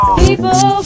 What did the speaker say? people